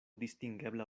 distingebla